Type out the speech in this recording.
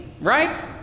right